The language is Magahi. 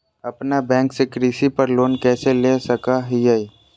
अपना बैंक से कृषि पर लोन कैसे ले सकअ हियई?